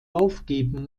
aufgeben